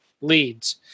leads